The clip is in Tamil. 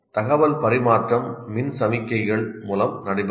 தகவல் பரிமாற்றம் மின் சமிக்ஞைகள் மூலம் நடைபெறுகிறது